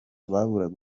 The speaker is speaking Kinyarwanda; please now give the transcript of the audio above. baburaga